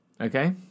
Okay